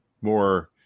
more